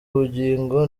ubugingo